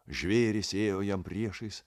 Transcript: žvėrys ėjo jam priešais